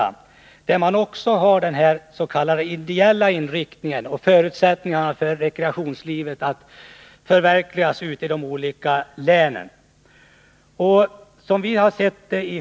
Där har man också denna s.k. ideella inriktning, och man undersöker förutsättningarna för att rekreationslivet skall kunna förverkligas ute i de olika länen.